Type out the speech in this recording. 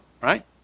Right